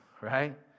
right